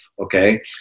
okay